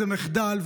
זה מחדל.